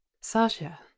Sasha